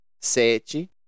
sete